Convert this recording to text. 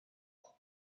hold